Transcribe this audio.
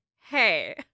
hey